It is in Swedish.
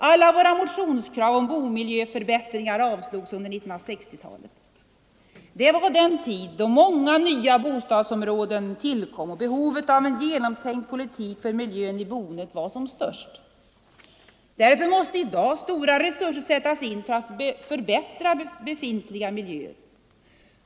Alla våra motionskrav om bomiljöförbättringar avslogs under 1960-talet. Det var den tid då många nya bostadsområden tillkom och behovet av en genomtänkt politik för miljön i boendet var som störst. Därför måste i dag stora resurser sättas in för att förbättra befintliga miljöer.